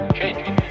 changing